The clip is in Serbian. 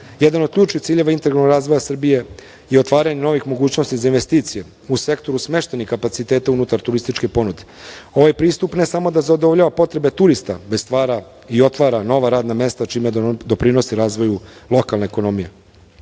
Jedan od ključnih ciljeva integralnog razvoja Srbije je otvaranje novih mogućnosti za investicije u sektoru smeštenih kapaciteta unutar turističke ponude. Ovaj pristup ne samo da zadovoljava potrebe turista, već stvara i otvara nova radna mesta čime nam doprinosi razvoju lokalne ekonomije. Rezultati